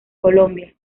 colombia